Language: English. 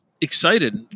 excited